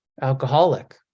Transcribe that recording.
alcoholic